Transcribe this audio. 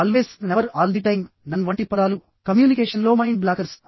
always never all the time none వంటి పదాలు communication లో మైండ్ బ్లాకర్స్